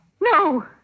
No